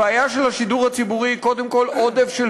הבעיה של השידור הציבורי היא קודם כול עודף של